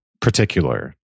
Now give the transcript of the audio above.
particular